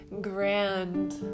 grand